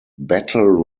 battle